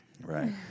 Right